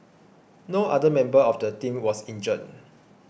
no other member of the team was injured